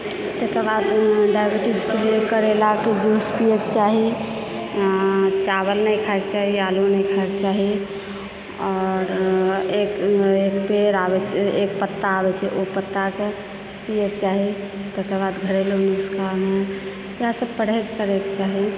ताहिके बाद डायबिटीजके लिए करैलाके जूस पिएके चाही ऐ चावल नहि खाएके चाही आलू नहि खाएके चाही आओर एक पेड़ एक पत्ता आबए छै ओ पत्ताके पिएके चाही ताहिके बाद घरेलु नुस्खामे इएह सब परहेज करएके चाही